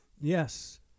Yes